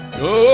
no